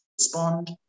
respond